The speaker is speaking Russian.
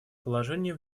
положений